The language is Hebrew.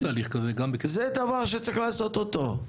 זה דבר שצריך לעשות אותו.